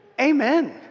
Amen